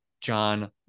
john